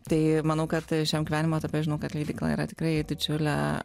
tai manau kad šiam gyvenimo etape žinau kad leidykla yra tikrai didžiulė